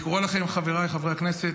אני קורא לכם, חבריי חברי הכנסת,